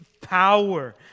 power